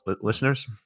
Listeners